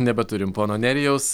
nebeturim pono nerijaus